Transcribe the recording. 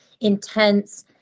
intense